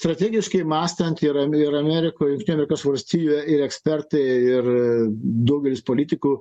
strategiškai mąstant ir ame ir amerikoj amerikos valstijų ir ekspertai ir daugelis politikų